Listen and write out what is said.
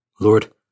Lord